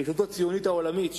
ושל ההסתדרות הציונית העולמית,